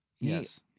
Yes